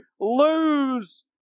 lose